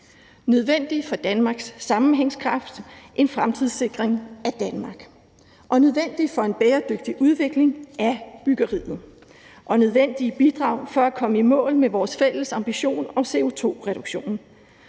nødvendig for Danmarks sammenhængskraft, en fremtidssikring af Danmark, og nødvendig for en bæredygtig udvikling af byggeriet og nødvendige bidrag for at komme i mål med vores fælles ambition om CO2-reduktion.